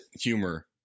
humor